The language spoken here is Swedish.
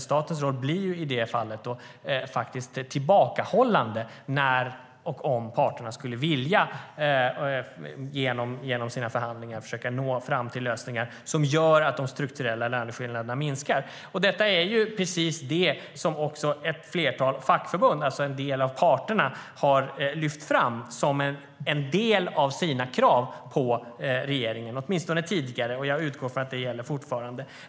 Statens roll blir i det fallet faktiskt tillbakahållande när och om parterna genom sina förhandlingar skulle vilja försöka nå fram till lösningar som gör att de strukturella löneskillnaderna minskar. Det är precis detta som ett flertal fackförbund, alltså en del av parterna, också har lyft fram som en del av sina krav på regeringen, åtminstone tidigare, och jag utgår från att det gäller fortfarande.